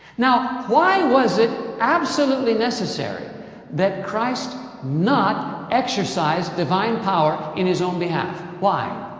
now, why was it absolutely necessary that christ not exercise divine power in his own behalf? why?